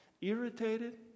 irritated